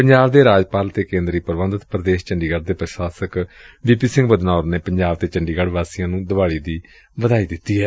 ਪੰਜਾਬ ਦੇ ਰਾਜਪਾਲ ਅਤੇ ਕੇ ਂਦਰੀ ਪ੍ਬੰਧਤ ਪ੍ਦੇਸ਼ ਚੰਡੀਗੜੂ ਦੇ ਪ੍ਸ਼ਾਸਕ ਵੀ ਪੀ ਸਿੰਘ ਬਦਨੌਰ ਨੇ ਪੰਜਾਬ ਤੇ ਚੰਡੀਗੜ੍ਹ ਵਾਸੀਆਂ ਨੂੰ ਦੀਵਾਲੀ ਦੀ ਵਧਾਈ ਦਿੱਤੀ ਏ